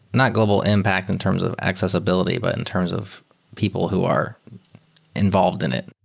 not global impact in terms of accessibility, but in terms of people who are involved in it.